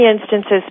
instances